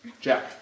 Jack